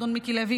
אדון מיקי לוי,